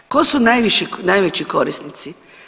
Tko su najveći korisnici?